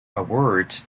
awards